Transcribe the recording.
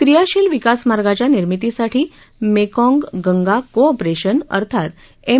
क्रियाशील विकासमार्गाच्या निर्मितीसाठी मेकाँग गंगा को ऑपरेशन अर्थात एम